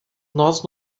nós